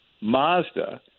Mazda